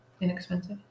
inexpensive